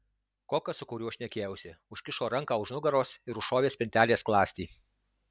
kokas su kuriuo šnekėjausi užkišo ranką už nugaros ir užšovė spintelės skląstį